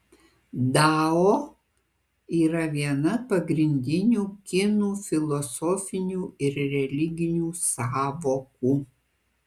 dao yra viena pagrindinių kinų filosofinių ir religinių sąvokų